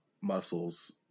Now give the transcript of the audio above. muscles